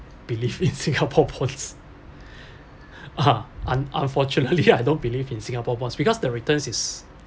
believe in singapore bonds ah un~ unfortunately I don't believe in singapore bonds because the return is